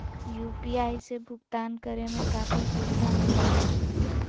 UPI से भुकतान करे में काफी सुबधा मिलैय हइ